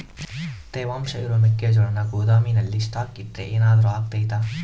ತೇವಾಂಶ ಇರೋ ಮೆಕ್ಕೆಜೋಳನ ಗೋದಾಮಿನಲ್ಲಿ ಸ್ಟಾಕ್ ಇಟ್ರೆ ಏನಾದರೂ ಅಗ್ತೈತ?